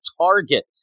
target